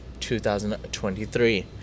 2023